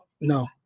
no